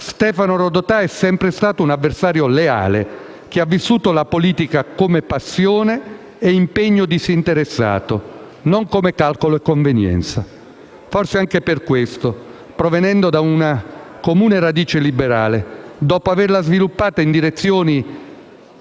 Stefano Rodotà è sempre stato un avversario leale, che ha vissuto la politica come passione e impegno disinteressato e non come calcolo e convenienza. Forse anche per questo, provenendo da una comune radice liberale e dopo averla sviluppata in direzioni